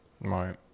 right